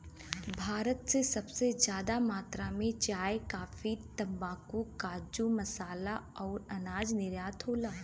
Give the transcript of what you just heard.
भारत से सबसे जादा मात्रा मे चाय, काफी, तम्बाकू, काजू, मसाला अउर अनाज निर्यात होला